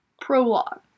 Prologue